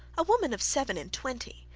a woman of seven and twenty,